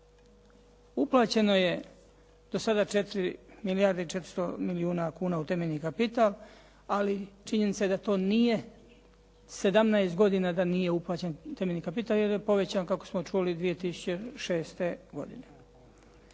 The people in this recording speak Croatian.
Uplaćeno je do sada 4 milijarde i 400 milijuna kuna u temeljni kapital, ali činjenica je da to nije 17 godina da nije uplaćen temeljni kapital jer je povećan kako smo čuli 2006. godine.